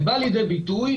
זה בא לידי ביטוי,